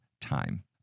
time